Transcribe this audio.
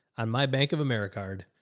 on my bank of america card.